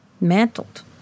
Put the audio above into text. mantled